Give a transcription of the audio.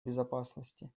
безопасности